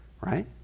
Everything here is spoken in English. Right